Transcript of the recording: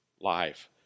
life